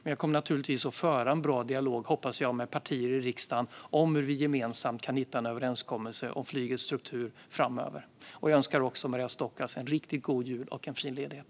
Men jag kommer naturligtvis att föra en bra dialog, hoppas jag, med partier i riksdagen om hur vi gemensamt kan hitta en överenskommelse om flygets struktur framöver. Jag önskar också Maria Stockhaus en riktigt god jul och en fin ledighet.